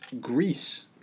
Greece